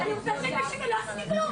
מכיוון שאפרת הבטיחה שהיא לא תפריע,